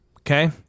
okay